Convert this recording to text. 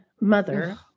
mother